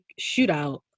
shootout